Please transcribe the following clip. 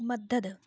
मदद